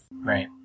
Right